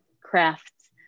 crafts